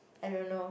I don't know